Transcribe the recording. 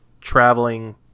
traveling